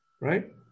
right